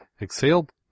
exhaled